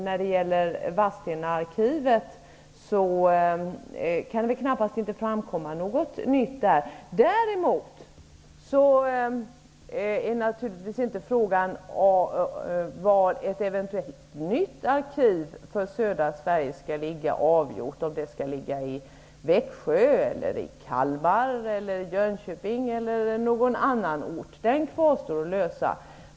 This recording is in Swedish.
När det gäller Vadstenaarkivet kan det knappast inte framkomma något nytt. Däremot är naturligtvis inte frågan om var ett eventuellt nytt arkiv för södra Sverige skall ligga avgjord. Frågan om det skall ligga i Växjö, Kalmar, Jönköping eller någon annan ort kvarstår att lösa.